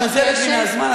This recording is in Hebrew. ואת גוזלת לי מהזמן,